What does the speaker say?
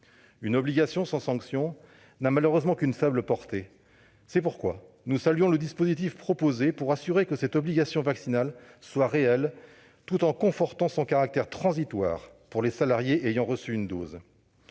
Une obligation sans sanction n'a malheureusement qu'une faible portée. C'est pourquoi nous saluons le dispositif proposé pour assurer que cette obligation vaccinale soit réelle, tout en confortant son caractère transitoire pour les salariés ayant reçu une dose.